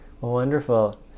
Wonderful